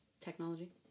technology